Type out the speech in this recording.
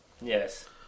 Yes